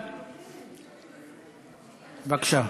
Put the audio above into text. בבקשה.